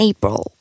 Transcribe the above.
April